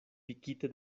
pikite